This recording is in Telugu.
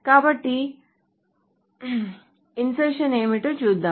కాబట్టి ఇన్సర్షన్ ఏమిటో చుద్దాము